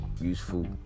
useful